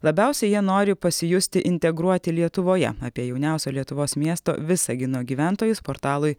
labiausiai jie nori pasijusti integruoti lietuvoje apie jauniausio lietuvos miesto visagino gyventojus portalui